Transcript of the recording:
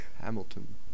Hamilton